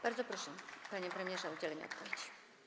Bardzo proszę, panie premierze, o udzielenie odpowiedzi.